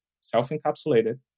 self-encapsulated